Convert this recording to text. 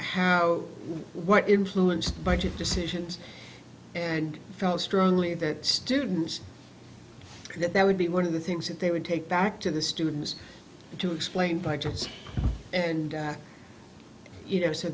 how what influenced by tip decisions and felt strongly that students that that would be one of the things that they would take back to the students to explain budgets and you